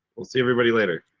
we'll see everybody later.